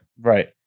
Right